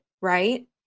right